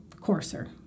coarser